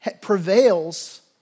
prevails